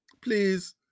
Please